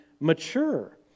mature